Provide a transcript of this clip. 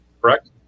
correct